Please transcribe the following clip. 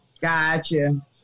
Gotcha